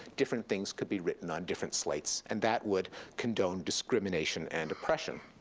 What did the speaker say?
different things could be written on different slates, and that would condone discrimination and oppression.